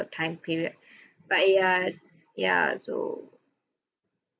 time period but ya ya so